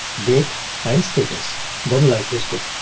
date and status then life is good.